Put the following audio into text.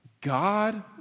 God